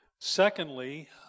Secondly